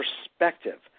perspective